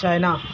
China